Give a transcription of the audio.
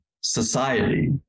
society